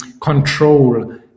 control